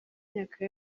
myaka